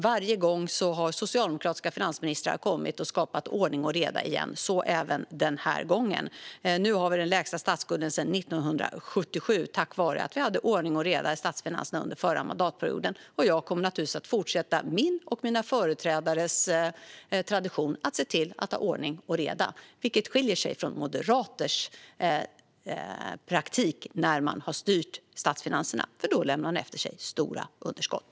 Varje gång har sedan socialdemokratiska finansministrar skapat ordning och reda igen. Så även den här gången. Nu har vi den lägsta statsskulden sedan 1977. Det är tack vare att vi hade ordning och reda i statsfinanserna under den förra mandatperioden. Jag kommer naturligtvis att fortsätta min och mina företrädares tradition att se till att ha ordning och reda, vilket skiljer sig från moderaters praktik när man har styrt statsfinanserna eftersom man då har lämnat efter sig stora underskott.